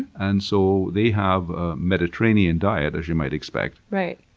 and so they have a mediterranean diet, as you might expect. right.